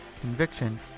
conviction